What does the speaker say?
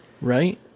Right